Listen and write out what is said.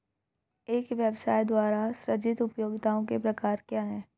एक व्यवसाय द्वारा सृजित उपयोगिताओं के प्रकार क्या हैं?